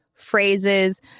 phrases